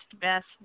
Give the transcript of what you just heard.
best